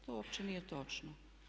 To uopće nije točno.